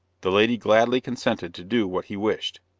the lady gladly consented to do what he wished.